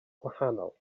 gwahanol